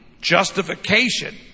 justification